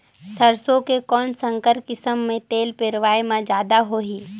सरसो के कौन संकर किसम मे तेल पेरावाय म जादा होही?